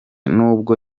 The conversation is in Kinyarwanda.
n’ubwo